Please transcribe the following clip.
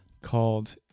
called